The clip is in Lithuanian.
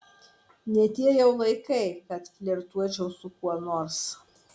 ne tie jau laikai kad flirtuočiau su kuo nors